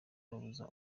babuza